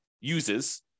uses